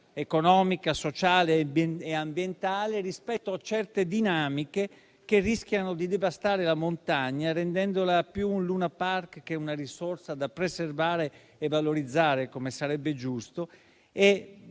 economica, sociale e ambientale rispetto a certe dinamiche che rischiano di devastare la montagna, rendendola più un lunapark che una risorsa da preservare e valorizzare, come sarebbe giusto,